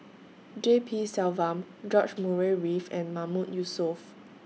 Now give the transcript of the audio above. G P Selvam George Murray Reith and Mahmood Yusof